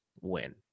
win